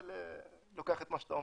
אבל לוקח את מה שאתה אומר.